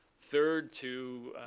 third, to